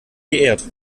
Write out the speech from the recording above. geehrt